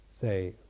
say